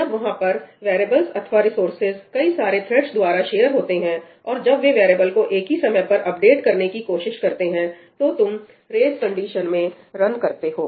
जब वहां पर वैरियेबल्स अथवा रिसोर्सेज कई सारे थ्रेड्स द्वारा शेयर होते हैं और जब वे वेरीएबल को एक ही समय पर अपडेट करने की कोशिश करते हैं तो तुम रेस कंडीशन में रन करते हो